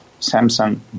Samsung